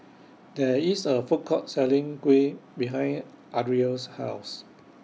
There IS A Food Court Selling Kuih behind Ariel's House